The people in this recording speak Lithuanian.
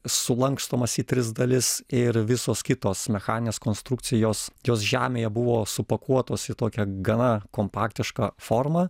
sulankstomas į tris dalis ir visos kitos mechaninės konstrukcijos jos žemėje buvo supakuotos į tokią gana kompaktišką formą